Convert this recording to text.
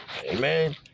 Amen